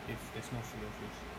if there's no filet-O-fish